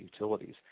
Utilities